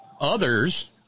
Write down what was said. Others –